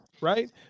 right